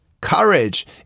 courage